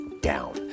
down